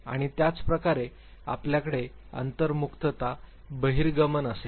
आणि त्याचप्रकारे आपल्याकडे अंतर्मुखता बहिर्गमन असेल